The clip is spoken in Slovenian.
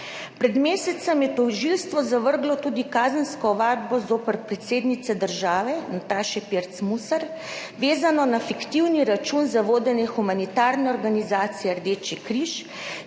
Pred mesecem je tožilstvo zavrglo tudi kazensko ovadbo zoper predsednico države Natašo Pirc Musar, vezano na fiktivni račun za vodenje humanitarne organizacije Rdeči križ,